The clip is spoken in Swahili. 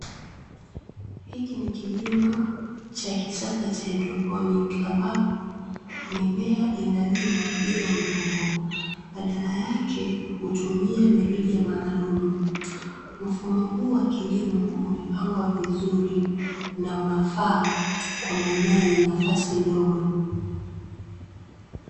Hiki ni kilimo cha kisasa cha "haidroponiki" ambapo mimea inalimwa bila udongo, badala yake hutumia mirija maalumu. Mfumo huu wa kilimo umepangwa vizuri na unafaa kwa maeneo yenye nafasi ndogo.